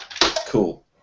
cool